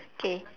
K